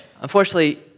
Unfortunately